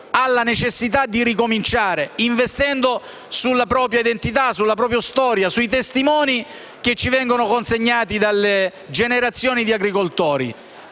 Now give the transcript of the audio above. ha la necessità di ricominciare, investendo sulla propria identità, sulla propria storia, sui testimoni che ci vengono consegnati da generazioni di agricoltori.